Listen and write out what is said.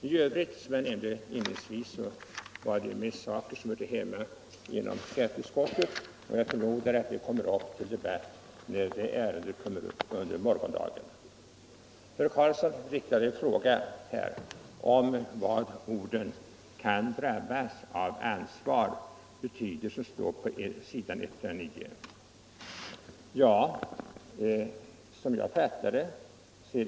28 maj 1975 Som jag sade inledningsvis hör väl det som herr Carlsson anförde = mera hemma i skatteutskottet, och jag förmodar att de frågorna kommer = Ansvar för funktioupp till debatt när skatteutskottets betänkande behandlas under mor = närer i offentlig gondagen. Men herr Carlsson frågade också vad de ord betyder som verksamhet står på s. 109 i utskottets betänkande, nämligen ”kan drabbas av ansvar”.